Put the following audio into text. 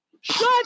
Shut